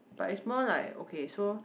but it's more like okay so